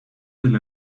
del